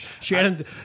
Shannon